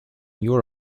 your